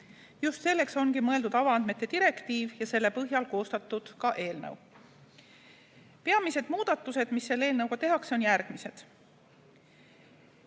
Just selleks ongi mõeldud avaandmete direktiiv ja selle põhjal koostatud eelnõu. Peamised muudatused, mis selle eelnõuga tehakse, on järgmised.